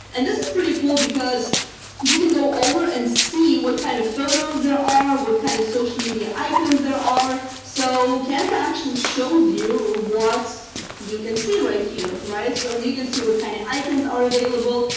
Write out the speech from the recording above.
and this is pretty cool because you can go over and see what kind of photos there are, are, what kind of social media icons there are. so canva actually shows you what you can see right here, right so and you can see what kind of icons are available,